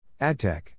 AdTech